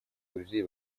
друзей